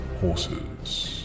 horses